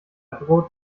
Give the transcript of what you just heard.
braut